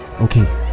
Okay